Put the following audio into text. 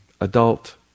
adult